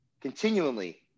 continually